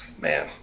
Man